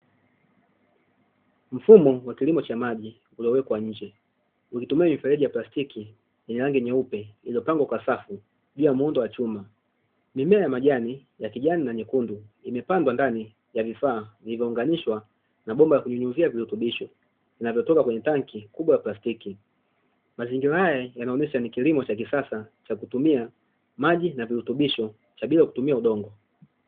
Mfumo wa kilimo cha maji uliowekwa nje ukitumia mifereji ya plastiki yenye rangi nyeupe iliyopangwa wa usafi juu ya muundo chuma. Mimea ya majani ya kijani na nyekundu, imepandwa ndani ya vifaa vilivyounganishwa na bomba la kunyunyizia vivurutubisho vinavotoka kwenye tanki kubwa la plastiki. Mazingira yanaonyesha ni kilimo cha kisasa cha kutumia maji na virutubisho cha bila kutumia udongo.